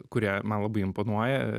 kurie man labai imponuoja